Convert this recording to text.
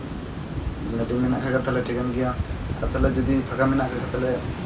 ᱜᱟᱹᱰᱤ ᱢᱮᱱᱟᱜ ᱠᱷᱟᱡ ᱫᱚ ᱛᱟᱦᱚᱞᱮ ᱴᱷᱤᱠᱟᱹᱱ ᱜᱮᱭᱟ ᱟᱫᱚ ᱛᱟᱦᱚᱞᱮ ᱡᱩᱫᱤ ᱯᱷᱟᱸᱠᱟ ᱢᱮᱱᱟᱜ ᱠᱟᱜ ᱠᱷᱟᱡ ᱛᱟᱞᱦᱮ